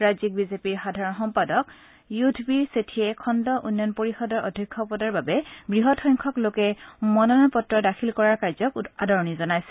ৰাজ্যিক বিজেপিৰ সাধাৰণ সম্পাদক য়ুধবীৰ শেঠীয়ে খণ্ড উন্নয়ন পৰিষদৰ অধ্যক্ষ পদৰ বাবে বৃহৎ সংখ্যক লোকে মনোনয়ন পত্ৰ দাখিল কৰা কাৰ্যক আদৰণি জনাইছে